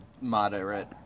moderate